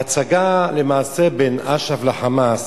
ההצגה למעשה בין אש"ף ל"חמאס"